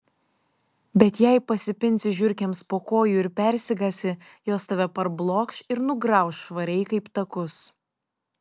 bet jei pasipinsi žiurkėms po kojų ir persigąsi jos tave parblokš ir nugrauš švariai kaip takus